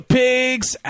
pigs